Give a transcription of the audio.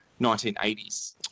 1980s